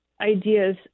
ideas